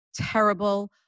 terrible